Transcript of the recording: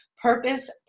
purpose